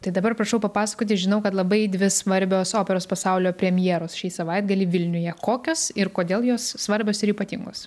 tai dabar prašau papasakoti žinau kad labai dvi svarbios operos pasaulio premjeros šį savaitgalį vilniuje kokios ir kodėl jos svarbios ir ypatingos